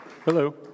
Hello